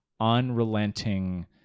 unrelenting